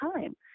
time